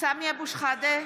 סמי אבו שחאדה,